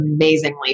amazingly